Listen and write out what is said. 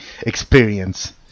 experience